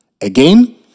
Again